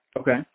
Okay